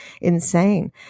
insane